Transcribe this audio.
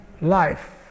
life